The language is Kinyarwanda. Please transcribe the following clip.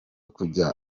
kujya